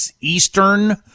Eastern